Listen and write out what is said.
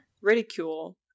ridicule